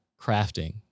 crafting